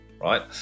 right